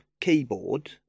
keyboard